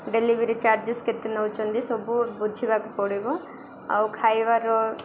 delivery charges କେତେ ନଉଛନ୍ତି ସବୁ ବୁଝିବାକୁ ପଡ଼ିବ ଆଉ ଖାଇବାର